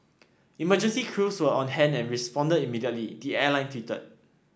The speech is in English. emergency crews were on hand and responded immediately the airline tweeted